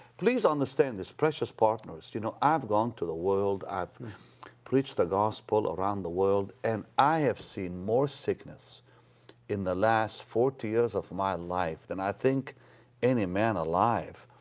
please understand this, precious partners, you know, i've gone to the world. i've preached the gospel around the world and i have seen more sickness in the last forty years of my life than i think any man alive,